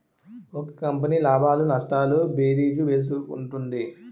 ఒక కంపెనీ లాభాలు నష్టాలు భేరీజు వేసుకుంటుంది